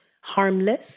harmless